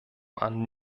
waren